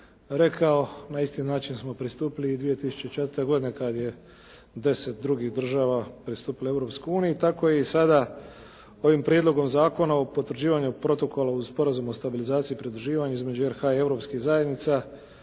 rekao na isti način smo pristupili i 2004. godine kad je 10 drugih država pristupilo Europskoj uniji, tako je i sada ovim Prijedlogom Zakona o potvrđivanju protokola uz Sporazum o stabilizaciji i pridruživanju između RH i europskih zajednica